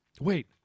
Wait